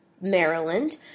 Maryland